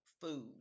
food